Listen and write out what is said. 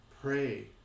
Pray